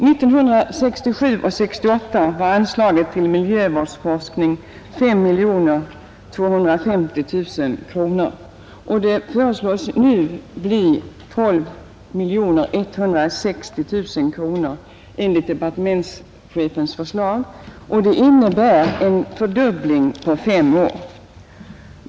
1967 och 1968 var anslaget till miljövårdsforskning 5 250 000 kronor, och det föreslås nu bli 12 160 000 kronor, enligt departementschefens förslag. Det innebär en fördubbling på fem år.